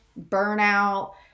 burnout